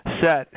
set